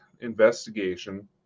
investigation